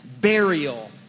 burial